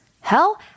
Hell